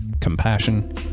compassion